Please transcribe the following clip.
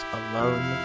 alone